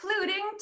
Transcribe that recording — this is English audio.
including